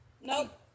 Nope